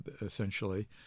essentially